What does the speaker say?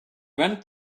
went